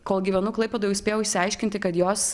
kol gyvenu klaipėdoj jau spėjau išsiaiškinti kad jos